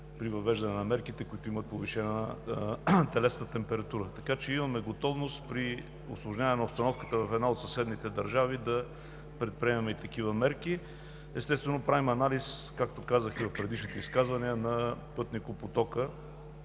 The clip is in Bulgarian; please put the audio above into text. при въвеждане на мерките имат повишена телесна температура, така че имаме готовност при усложняване на обстановката в една от съседните държави да предприемем и такива мерки. Естествено, правим анализ, както казах и в предишните изказвания, на пътникопотока,